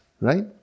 right